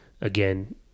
again